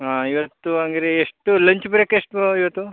ಹಾಂ ಇವತ್ತು ಹಂಗಾದ್ರೆ ಎಷ್ಟು ಲಂಚ್ ಬ್ರೇಕು ಎಷ್ಟು ಇವತ್ತು